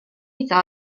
iddo